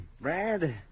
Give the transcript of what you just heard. Brad